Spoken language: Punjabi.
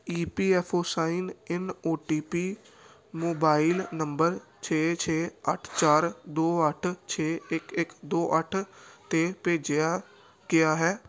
E P F O sign in O T P mobile number ਛੇ ਛੇ ਅੱਠ ਚਾਰ ਦੋ ਅੱਠ ਛੇ ਇੱਕ ਇੱਕ ਦੋ ਅੱਠ 'ਤੇ ਭੇਜਿਆ ਗਿਆ ਹੈ